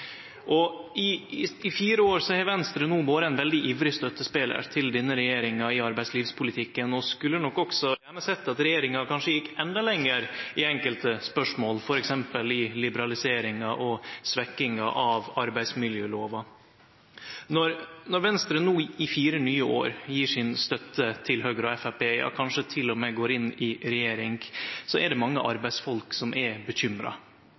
vågar meir. I fire år har Venstre vore ein veldig ivrig støttespelar til denne regjeringa i arbeidslivspolitikken og skulle nok også gjerne sett at regjeringa gjekk kanskje endå lenger i enkelte spørsmål, f.eks. i liberaliseringa og svekkinga av arbeidsmiljølova. Når Venstre no i fire nye år gjev si støtte til Høgre og Framstegspartiet, ja kanskje til og med går inn i regjering, er det mange arbeidsfolk som er bekymra